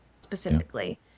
specifically